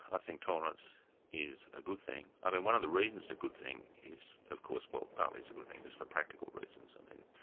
i think tolerance is a good thing. i mean, one of the reasons it's a good thing is of course, well partly it's a good thing just for practical reasons, i mean,